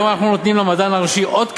היום אנחנו נותנים למדען הראשי עוד כלים.